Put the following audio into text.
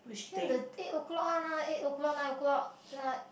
which one the eight O-clock one ah eight O-clock nine O-clock uh